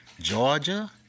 georgia